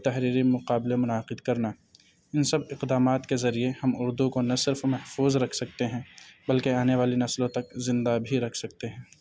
تحری مقابلے منعقد کرنا ان سب اقدامات کے ذریعے ہم اردو کو نہ صرف محفوظ رکھ سکتے ہیں بلکہ آنے والی نسلوں تک زندہ بھی رکھ سکتے ہیں